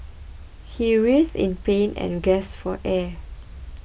he writhed in pain and gasped for air